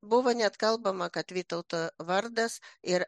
buvo net kalbama kad vytauto vardas ir